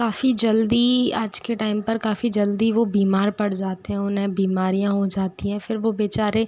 काफ़ी जल्दी आज के टाइम पर काफ़ी जल्दी वो बीमार पड़ जाते हैं उन्हें बीमारियाँ हो जाती हैं फिर वो बेचारे